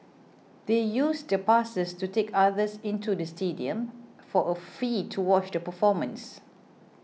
they used the passes to take others into the stadium for a fee to watch the performance